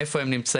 איפה הם נמצאים,